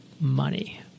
money